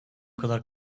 kadar